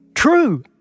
True